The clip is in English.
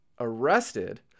arrested